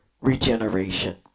regeneration